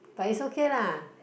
but it's okay lah